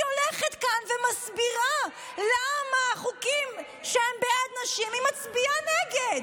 היא הולכת כאן ומסבירה למה בחוקים שהם בעד נשים היא מצביעה נגד.